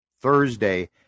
Thursday